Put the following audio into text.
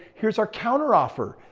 here's our counteroffer.